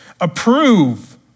approve